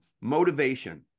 Motivation